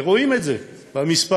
ורואים את זה במספרים,